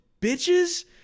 bitches